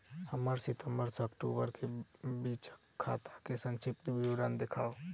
हमरा सितम्बर सँ अक्टूबर केँ बीचक खाता केँ संक्षिप्त विवरण देखाऊ?